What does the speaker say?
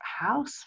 house